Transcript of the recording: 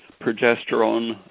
progesterone